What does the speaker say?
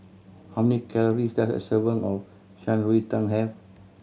how many calories does a serving of Shan Rui Tang have